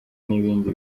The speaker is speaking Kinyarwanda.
n’ibindi